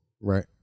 right